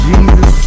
Jesus